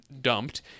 dumped